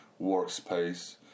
workspace